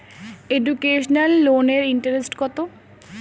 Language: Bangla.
এডুকেশনাল লোনের ইন্টারেস্ট কত?